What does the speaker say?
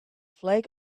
flag